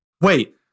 Wait